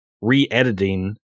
re-editing